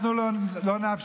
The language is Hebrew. אנחנו לא נאפשר,